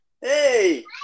hey